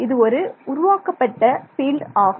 இது ஒரு உருவாக்கப்பட்ட பீல்டு ஆகும்